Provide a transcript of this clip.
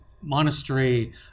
monastery